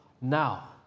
now